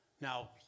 Now